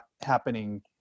happening